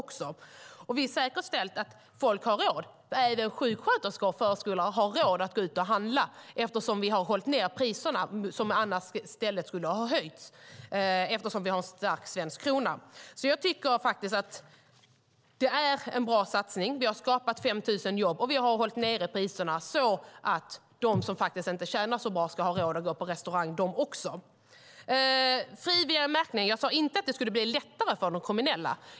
Vi har säkerställt att folk har råd, även sjuksköterskor och förskollärare, att gå på restaurang, eftersom vi har hållit nere priserna, som annars skulle ha höjts, eftersom vi har en stark svensk krona. Jag tycker faktiskt att det är en bra satsning. Vi har skapat 5 000 jobb, och vi har hållit nere priserna så att också de som inte tjänar så bra ska ha råd att gå på restaurang. När det gäller frivillig märkning sade jag inte att det skulle bli lättare för de kriminella.